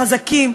חזקים,